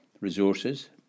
resources